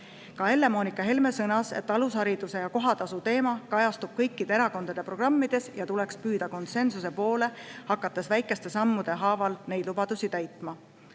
Ka Helle-Moonika Helme sõnas, et alushariduse ja kohatasu teema kajastub kõikide erakondade programmis ja tuleks püüda [saavutada] konsensus, hakates väikeste sammude haaval neid lubadusi täitma. Arutelu